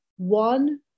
One